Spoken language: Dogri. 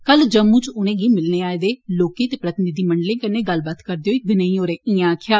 कल जम्मू च उनेंगी मिलने लेई आए दे लोकें ते प्रतिनिधिमंडलें कननै गल्लबात करदे होई गनई होरें इयां आक्खेआ